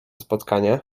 spotkanie